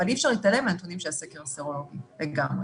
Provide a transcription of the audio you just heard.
אבל אי-אפשר להתעלם מהנתונים של הסקר הסרולוגי לגמרי.